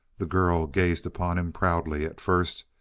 the girl gazed upon him proudly at first,